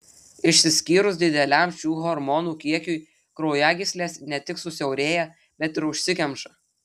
išsiskyrus dideliam šių hormonų kiekiui kraujagyslės ne tik susiaurėja bet ir užsikemša